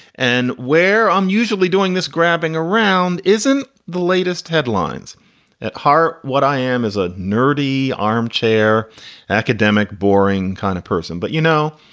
and where i'm usually doing this, grabbing around isn't the latest headlines at ha! what i am is a nerdy, armchair academic, boring kind of person. but, you know,